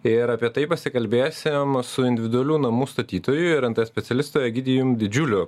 ir apie tai pasikalbėsim su individualių namų statytoju ir nt specialistu egidijum didžiuliu